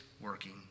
working